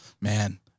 man